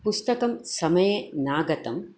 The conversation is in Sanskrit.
पुस्तकं समये नागतम्